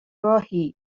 راهی